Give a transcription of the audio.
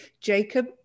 Jacob